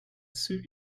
suit